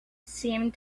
seemed